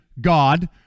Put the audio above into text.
God